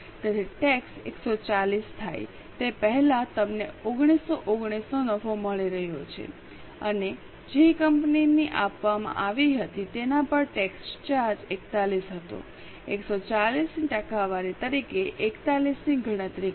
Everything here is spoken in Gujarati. તેથી ટેક્સ 140 થાય તે પહેલાં તમને 1919 નો નફો મળી રહ્યો છે અને જે કંપની આપવામાં આવી હતી તેના પર ટેક્સ ચાર્જ 41 હતો140 ની ટકાવારી તરીકે 41 ની ગણતરી કરો